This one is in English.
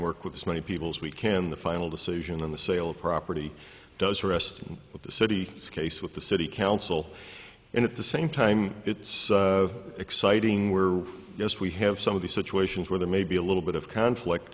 work with as many people as we can the final decision on the sale of property does for rest of the city its case with the city council and at the same time it's exciting we're yes we have some of the situations where the maybe a little bit of conflict